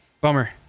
Bummer